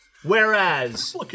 Whereas